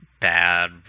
bad